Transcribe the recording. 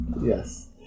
Yes